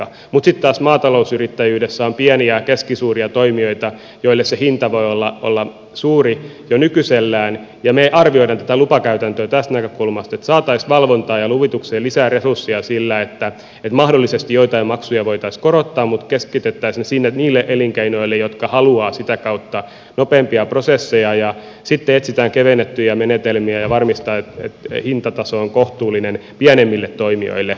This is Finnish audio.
sitten taas maatalousyrittäjyydessä on pieniä ja keskisuuria toimijoita joille se hinta voi olla suuri jo nykyisellään ja me arvioimme tätä lupakäytäntöä tästä näkökulmasta että saataisiin valvontaan ja luvitukseen lisää resursseja sillä että mahdollisesti joitain maksuja voitaisiin korottaa mutta keskitettäisiin ne niille elinkeinoille jotka haluavat sitä kautta nopeampia prosesseja ja sitten etsitään kevennettyjä menetelmiä ja varmistetaan että hinta taso on kohtuullinen pienemmille toimijoille